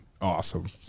awesome